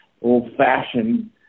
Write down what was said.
old-fashioned